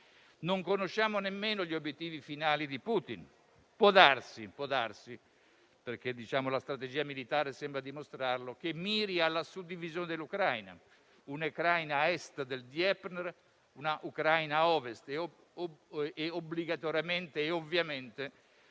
Non conosciamo nemmeno gli obiettivi finali di Putin. Può darsi - la strategia militare sembra dimostrarlo - che miri alla suddivisione dell'Ucraina: un'Ucraina a Est del Dnepr e una a Ovest e obbligatoriamente e ovviamente